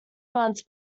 months